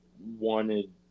wanted